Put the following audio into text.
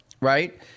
right